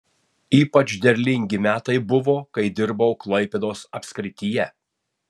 ypač derlingi metai buvo kai dirbau klaipėdos apskrityje